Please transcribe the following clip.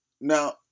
Now